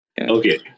Okay